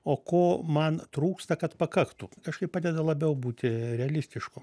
o ko man trūksta kad pakaktų kažkaip padeda labiau būti realistišku